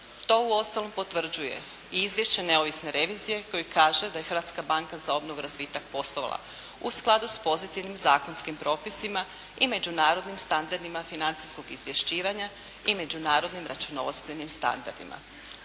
To u ostalom potvrđuje i izvješće neovisne revizije koje kaže da je Hrvatska banka za obnovu i razvitak poslovala u skladu s pozitivnim zakonskim propisima i međunarodnim standardima financijskog izvješćivanja i međunarodnim računovodstvenim standardima.